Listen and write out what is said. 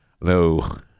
No